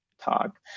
talk